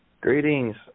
greetings